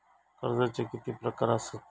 कर्जाचे किती प्रकार असात?